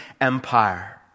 empire